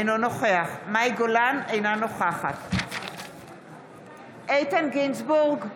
אינו נוכח מאי גולן, אינה נוכחת איתן גינזבורג,